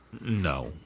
no